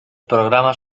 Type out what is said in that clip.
programas